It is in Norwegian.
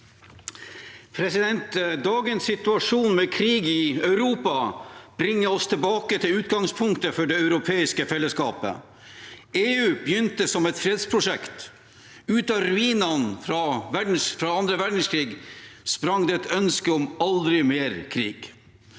Dagens situasjon med krig i Europa bringer oss tilbake til utgangspunktet for det europeiske fellesskapet. EU begynte som et fredsprosjekt. Ut av ruinene fra annen verdenskrig sprang det et ønske om aldri mer krig.